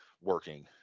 working